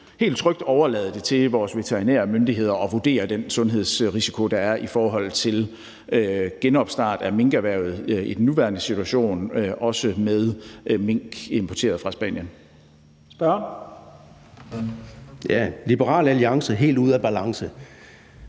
helt trygt overlade det til vores veterinære myndigheder at vurdere den sundhedsrisiko, der er i forhold til genopstart af minkerhvervet i den nuværende situation – også med mink importeret fra Spanien. Kl. 11:09 Første næstformand